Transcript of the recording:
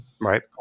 right